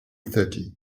thirty